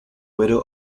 widow